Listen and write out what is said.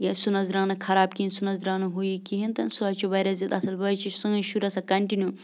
یہِ سُہ نہٕ حظ درٛاو نہٕ خَراب کِہیٖنۍ سُہ نہٕ حظ درٛاو نہٕ ہُہ یہِ کِہیٖنۍ تہِ نہٕ سُہ حظ چھُ واریاہ زیادٕ اَصٕل وۄنۍ حظ چھِ سٲنۍ شُرۍ آسان کَنٹِنیوٗ